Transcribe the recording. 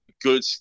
good